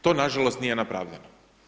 To nažalost nije napravljeno.